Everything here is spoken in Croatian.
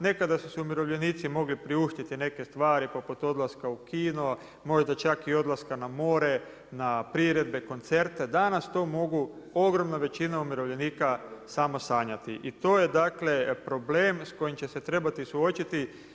Nekada su se umirovljenici mogli priuštiti neke stvari poput odlaska u kino, možda čak i odlaska na more, na priredbe, koncerte, danas to mogu ogromna većina umirovljenika samo sanjati i to je dakle, problem s kojima će se trebati suočiti.